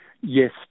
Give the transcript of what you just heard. Yes